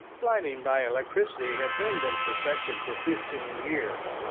lighting by electricity had then been perfected for fifteen years,